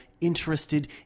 interested